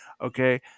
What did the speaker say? Okay